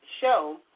show